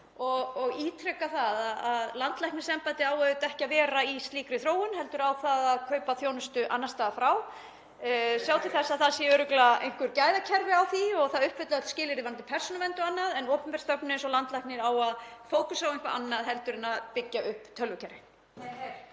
og ítreka það að landlæknisembættið á auðvitað ekki að vera í slíkri þróun heldur á það að kaupa þjónustu annars staðar frá, (Gripið fram í.) sjá til þess að það séu örugglega einhver gæðakerfi í því og að það uppfylli öll skilyrði varðandi persónuvernd og annað. En opinber stofnun eins og landlæknir á að fókusa á eitthvað annað heldur en að byggja upp tölvukerfi.